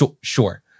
sure